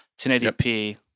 1080p